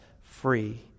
free